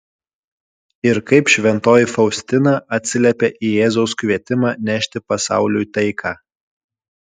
ir kaip šventoji faustina atsiliepė į jėzaus kvietimą nešti pasauliui taiką